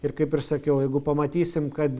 ir kaip ir sakiau jeigu pamatysim kad